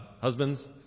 husbands